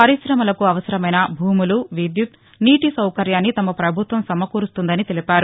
పర్కాశమలకు అవసరమైన భూములు విద్యుత్ నీటి సౌకర్యాన్ని తమ ప్రభుత్వం సమకూరుస్తుందని తెలిపారు